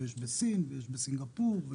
בסין ובסינגפור.